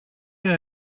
que